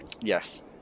Yes